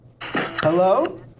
Hello